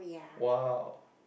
!wow!